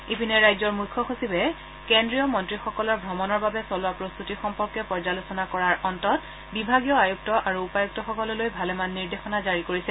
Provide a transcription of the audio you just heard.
ইপিনে ৰাজ্যৰ মুখ্য সচিব কেন্দ্ৰীয় মন্ত্ৰীসকলৰ স্ত্ৰমণৰ বাবে চলোৱা প্ৰস্ততি সম্পৰ্কে পৰ্যালোচনা কৰাৰ অন্তত বিভাগীয় আয়ুক্ত আৰু উপায়ুক্তসকললৈ ভালেমান নিৰ্দেশনা জাৰি কৰিছে